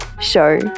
show